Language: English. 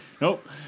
Nope